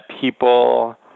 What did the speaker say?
people